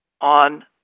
on